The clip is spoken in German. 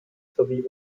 sowie